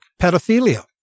Pedophilia